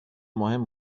مهم